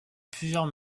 plusieurs